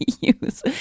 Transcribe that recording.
use